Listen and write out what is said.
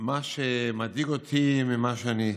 מה שמדאיג אותי ממה שאני שומע,